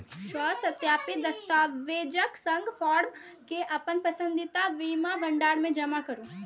स्वसत्यापित दस्तावेजक संग फॉर्म कें अपन पसंदीदा बीमा भंडार मे जमा करू